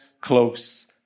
close